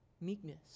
meekness